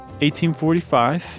1845